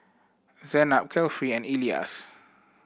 Zaynab Kefli and Elyas